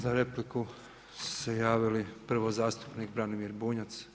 Za repliku su se javili prvo zastupnik Branimir Bunjac.